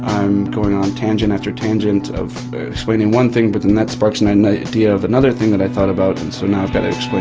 i'm going on tangent after tangent of explaining one thing, but then that sparks and an and idea of another thing that i thought about, and so now i've got to explain